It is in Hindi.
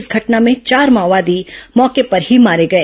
इस घटना में चार माओवादी मौके पर ही मारे गए